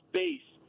base